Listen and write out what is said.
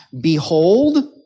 Behold